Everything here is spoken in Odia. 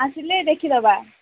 ଆସିଲେ ଦେଖିଦବା